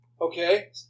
Okay